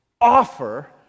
offer